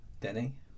Denny